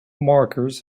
markers